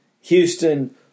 Houston